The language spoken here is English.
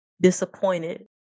disappointed